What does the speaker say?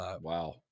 Wow